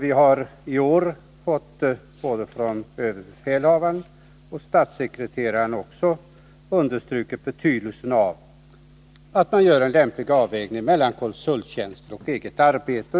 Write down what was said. I år har både överbefälhavaren och statssekreteraren understrukit betydelsen av att man gör en lämplig avvägning mellan konsulttjänster och eget arbete.